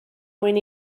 mwyn